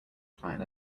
klein